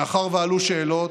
מאחר שעלו שאלות,